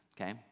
Okay